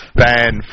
ban